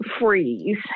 freeze